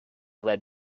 led